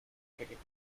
equations